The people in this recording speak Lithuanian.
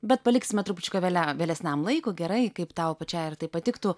bet paliksime trupučiuką vėlia vėlesniam laikui gerai kaip tau pačiai ir tai patiktų